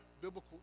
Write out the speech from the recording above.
biblical